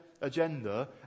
agenda